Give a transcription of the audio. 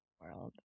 world